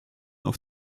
auf